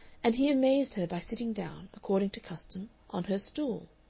and he amazed her by sitting down, according to custom, on her stool.